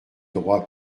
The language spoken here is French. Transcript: droits